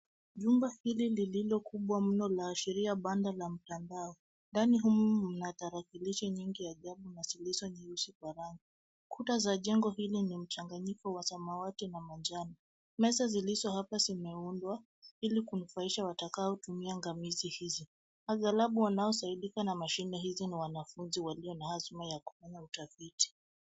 Jumba hili lililo kubwa mno laashiria banda la mtandao. Ndani humu mna tarakilishi nyingi ajabu na zilizo nyeusi kwa rangi. Kuta za jengo hili ni mchanganyiko wa samawati na manjano. Meza zilizo hapa zinaundwa ili kunufaisha watakaotumia ngamizi hizi. Aghalabu wanaofaidika na mashine hizo ni wanafunzi walio na azma ya kufanya utafiti.